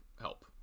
help